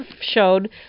showed